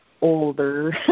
older